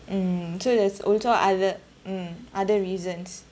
mm so there's also other mm other reasons